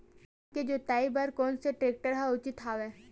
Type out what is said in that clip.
धान के जोताई बर कोन से टेक्टर ह उचित हवय?